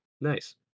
Nice